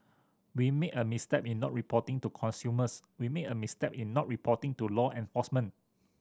we made a misstep in not reporting to consumers and we made a misstep in not reporting to law enforcement